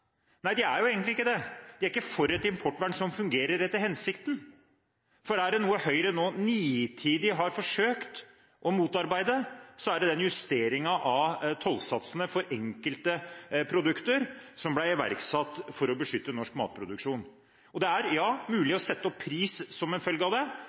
Nei, de er jo egentlig ikke det. De er ikke for et importvern som fungerer etter hensikten. For er det noe Høyre nitidig har forsøkt å motarbeide, er det den justeringen av tollsatsene for enkelte produkter som ble iverksatt for å beskytte norsk matproduksjon. Ja, det er mulig å sette opp prisen som en følge av det.